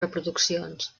reproduccions